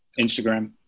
Instagram